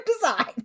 design